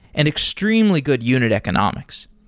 an extremely good unit economics.